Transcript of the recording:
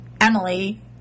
Emily